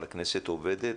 הכנסת עובדת,